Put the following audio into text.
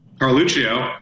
Carluccio